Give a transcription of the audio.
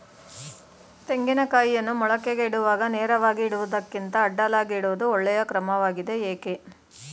ತೆಂಗಿನ ಕಾಯಿಯನ್ನು ಮೊಳಕೆಗೆ ಇಡುವಾಗ ನೇರವಾಗಿ ಇಡುವುದಕ್ಕಿಂತ ಅಡ್ಡಲಾಗಿ ಇಡುವುದು ಒಳ್ಳೆಯ ಕ್ರಮವಾಗಿದೆ ಏಕೆ?